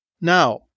Now